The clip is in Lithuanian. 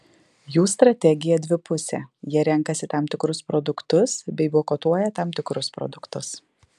jų strategija dvipusė jie renkasi tam tikrus produktus bei boikotuoja tam tikrus produktus